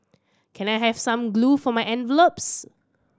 can I have some glue for my envelopes